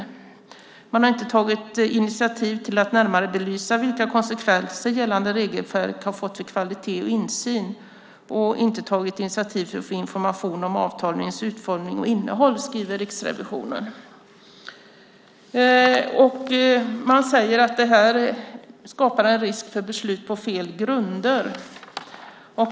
Regeringen har inte tagit initiativ till att närmare belysa vilka konsekvenser gällande regelverk har fått för kvalitet och insyn och inte tagit initiativ för att få information om avtalens utformning och innehåll. Man säger att det här skapar en risk för beslut på fel grunder.